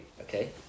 Okay